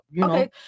okay